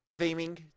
theming